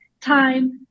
time